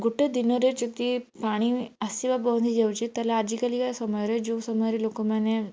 ଗୋଟେ ଦିନରେ ଯଦି ପାଣି ଆସିବା ବନ୍ଦ ହେଇଯାଉଛି ତାହେଲେ ଆଜିକାଲିକା ସମୟରେ ଯେଉଁ ସମୟରେ ଲୋକମାନେ